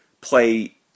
play